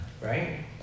right